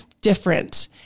different